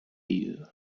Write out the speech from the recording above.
you